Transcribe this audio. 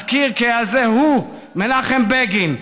אזכיר כי היה זה הוא, מנחם בגין,